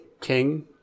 king